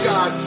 God